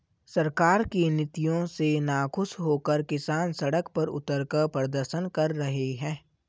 सरकार की नीतियों से नाखुश होकर किसान सड़क पर उतरकर प्रदर्शन कर रहे हैं